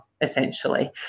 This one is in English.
essentially